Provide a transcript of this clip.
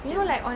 yang